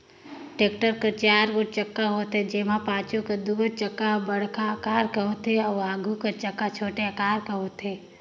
tractor कर चाएर गोट चक्का होथे, जेम्हा पाछू कर दुगोट चक्का हर बड़खा अकार कर होथे अउ आघु कर चक्का छोटे अकार कर होथे